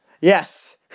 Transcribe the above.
Yes